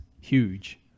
huge